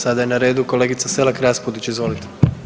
Sada je na redu kolegica Selak Raspudić, izvolite.